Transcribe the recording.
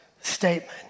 statement